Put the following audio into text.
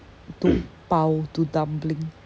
do pau do dumpling